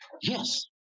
Yes